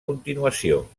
continuació